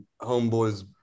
Homeboy's